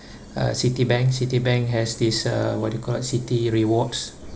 uh Citibank Citibank has this uh what do you call that Citi rewards